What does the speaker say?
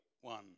one